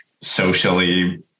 socially